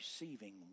receiving